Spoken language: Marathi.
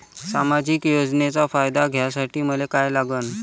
सामाजिक योजनेचा फायदा घ्यासाठी मले काय लागन?